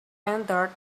entered